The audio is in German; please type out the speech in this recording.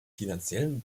finanziellen